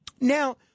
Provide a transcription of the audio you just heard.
Now